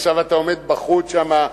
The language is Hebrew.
עכשיו אתה עומד בחוץ, שמה,